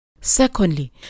Secondly